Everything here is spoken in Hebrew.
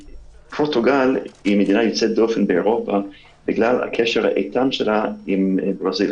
פורטוגל היא מדינה יוצאת דופן בגלל הקשר האיתן שלה עם ברזיל.